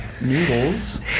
noodles